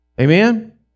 Amen